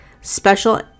Special